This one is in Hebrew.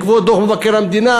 בעקבות דוח מבקר המדינה,